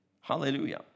Hallelujah